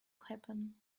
happen